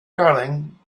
darling